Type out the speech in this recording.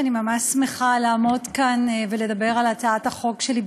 אני ממש שמחה לעמוד כאן ולדבר על הצעת החוק שלי,